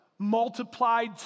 multiplied